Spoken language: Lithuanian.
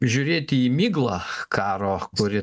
žiūrėti į miglą karo kuri